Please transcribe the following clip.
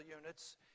units